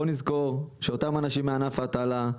בוא נזכור שאותם אנשים מענף ההטלה,